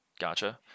Gotcha